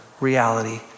Reality